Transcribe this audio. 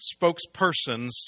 spokespersons